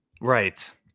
Right